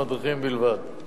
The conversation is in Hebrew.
למדריכים בלבד.